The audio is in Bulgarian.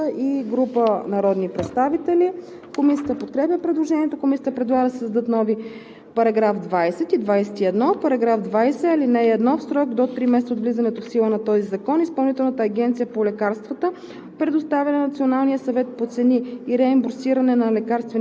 Предложение на народния представител Даниела Анастасова Дариткова-Проданова и група народни представители. Комисията подкрепя предложението. Комисията предлага да се създадат нови § 20 и § 21: „§ 20. (1) В срок до три месеца от влизането в сила на този закон Изпълнителната агенция по лекарствата